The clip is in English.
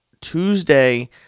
Tuesday